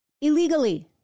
illegally